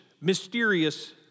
mysterious